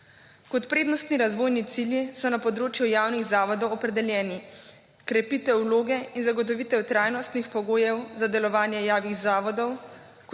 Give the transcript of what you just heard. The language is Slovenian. Kot prednostni razvojni cilji so na področju javnih zavodov opredeljeni. Krepitev vloge in zagotovitev trajnostnih pogojev za delovanje javnih zavodov